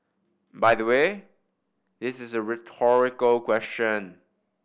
by the way this is a rhetorical question